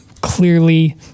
clearly